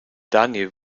daniel